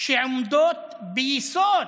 שעומדות ביסוד